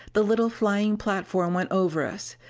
the little flying platform went over us,